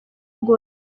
gospel